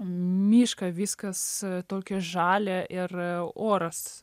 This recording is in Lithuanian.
mišką viskas tokia žalia ir oras